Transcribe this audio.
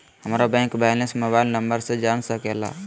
हमारा bank balance mobile number से जान सके ला?